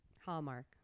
Hallmark